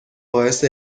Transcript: باعث